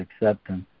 acceptance